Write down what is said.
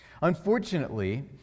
Unfortunately